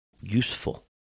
useful